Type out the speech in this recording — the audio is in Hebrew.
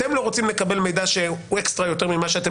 אתם לא רוצים לקבל מידע שהוא אקסטרה יותר ממה שאתם צריכים.